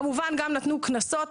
כמובן גם נתנו קנסות.